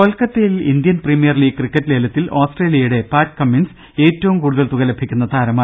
കൊൽക്കത്തയിൽ Indian premier league cricket ലേലത്തിൽ ഓസ്ട്രേലിയയുടെ പാറ്റ് കമ്മിൻസ് ഏറ്റവും കൂടുതൽ തുക ലഭിക്കുന്ന താരമായി